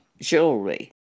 jewelry